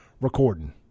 recording